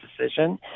decision